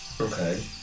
Okay